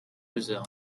brazil